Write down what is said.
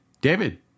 David